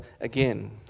again